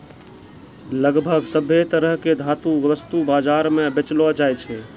लगभग सभ्भे तरह के धातु वस्तु बाजार म बेचलो जाय छै